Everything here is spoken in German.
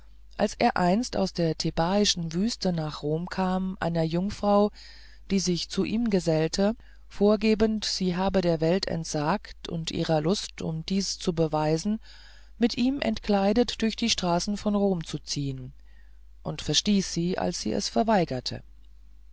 als er einst aus der thebaischen wüste nach rom kam einer jungfrau die sich zu ihm gesellte vorgebend sie habe der welt entsagt und ihrer lust um dies zu beweisen mit ihm entkleidet durch die straßen von rom zu ziehen und verstieß sie als sie es verweigerte